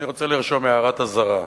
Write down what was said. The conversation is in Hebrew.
אני רוצה לרשום הערת אזהרה,